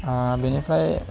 बिनिफ्राय